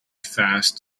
fast